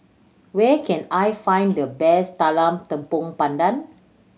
where can I find the best talam tepong pandan